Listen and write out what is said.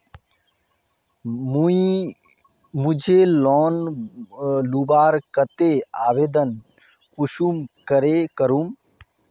मुई लोन लुबार केते आवेदन कुंसम करे करूम?